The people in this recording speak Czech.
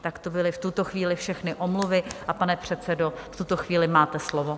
Tak to byly v tuto chvíli všechny omluvy, a pane předsedo, v tuto chvíli máte slovo.